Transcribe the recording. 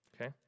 Okay